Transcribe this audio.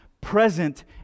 present